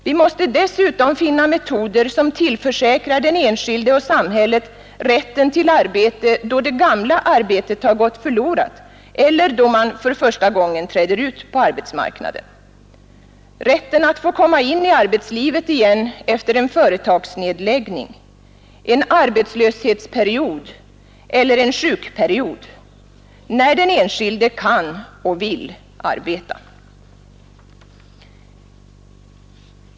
Vi måste dessutom finna metoder som tillförsäkrar den enskilde och samhället rätten till arbete då det gamla arbetet har gått förlorat eller då man första gången träder ut på arbetsmarknaden, rätten att få komma in i arbetslivet igen efter en företagsnedläggning, en arbetslöshetsperiod eller en sjukperiod, när den enskilde kan och vill arbeta.